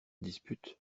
dispute